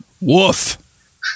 Woof